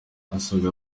asanga